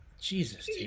Jesus